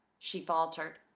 she faltered.